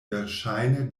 verŝajne